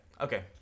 Okay